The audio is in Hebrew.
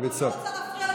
אני לא רוצה להפריע לך,